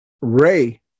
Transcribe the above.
Ray